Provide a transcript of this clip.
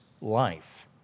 life